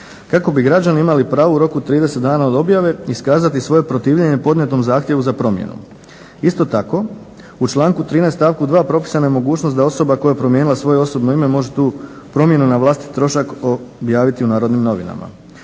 kako bi građani imali pravo u roku 30 dana od objave iskazati svoje protivljenje podnijetom zahtjevu za promjenu. Isto tako, u članku 13. stavku 2. propisana je mogućnost da osoba koja je promijenila svoje osobno ime može tu promjenu na vlastiti trošak objaviti u „Narodnim novinama“.